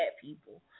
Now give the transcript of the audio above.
people